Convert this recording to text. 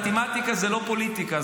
מתמטיקה זה לא פוליטיקה,